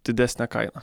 didesnę kainą